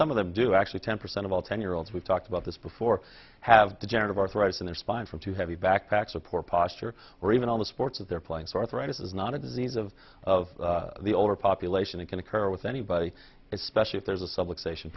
some of them do actually ten percent of all ten year olds we talked about this before have degenerative arthritis in their spine from too heavy backpack support posture or even on the sports of their playing sore throat is not a disease of of the older population it can occur with anybody especially if there's a subway station